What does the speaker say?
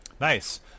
nice